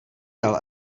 dal